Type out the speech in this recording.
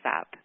up